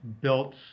built